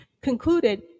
concluded